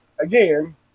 again